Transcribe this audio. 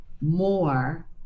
more